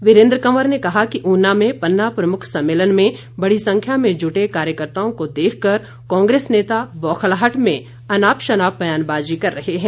वीरेंद्र कंवर ने कहा कि ऊना में पन्ना प्रमुख सम्मेलन में बड़ी संख्या में जुटे कार्यकर्त्ताओं को देख कर कांग्रेस नेता बौखलाहट में अनाप शनाप ब्यानबाजी कर रहे हैं